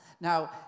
Now